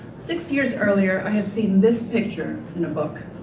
six years earlier i had seen this picture in a book.